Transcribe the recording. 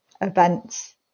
events